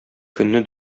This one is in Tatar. көнне